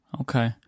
Okay